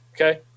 Okay